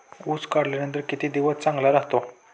ऊस काढल्यानंतर किती दिवस चांगला राहतो?